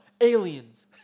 Aliens